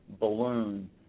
balloon